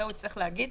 זה הוא צריך להגיד,